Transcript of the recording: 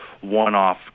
one-off